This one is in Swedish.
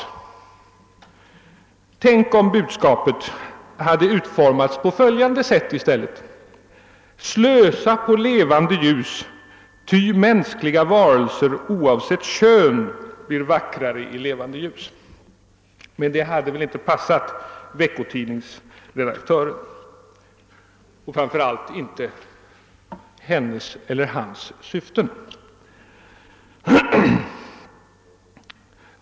Tänk om budskapet hade utformats på följande sätt i stället: Slösa på levande ljus, ty mänskliga varelser, oavsett kön, blir vackrare i levande ljus! Men det hade väl inte passat veckotidningsredaktören och framför allt inte hans eller hennes syften.